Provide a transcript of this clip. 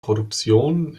produktion